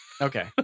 Okay